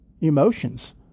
emotions